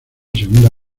segunda